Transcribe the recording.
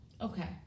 okay